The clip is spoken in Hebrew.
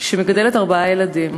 שמגדלת ארבעה ילדים,